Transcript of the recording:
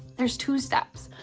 there's two steps.